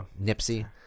nipsey